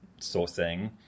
sourcing